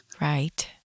Right